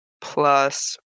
plus